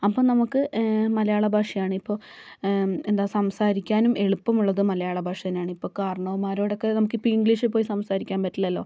അപ്പം നമുക്ക് മലയാള ഭാഷയാണ് ഇപ്പോൾ എന്താ സംസാരിക്കാനും എളുപ്പമുള്ളത് മലയാള ഭാഷ തന്നെയാണ് ഇപ്പോൾ കാർണ കാർന്നവന്മാരോടൊക്കെ നമുക്ക് ഇപ്പോൾ ഇംഗ്ലീഷിൽ പോയി സംസാരിക്കാൻ പറ്റില്ലല്ലോ